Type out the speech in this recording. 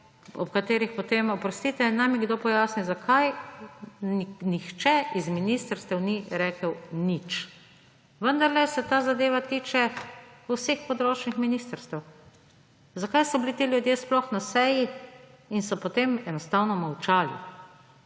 ob katerih potem – oprostite, naj mi kdo pojasni, zakaj – nihče z ministrstev ni rekel nič. Vendarle se ta zadeva tiče vseh področnih ministrstev. Zakaj so bili ti ljudje sploh na seji in so potem enostavno molčali,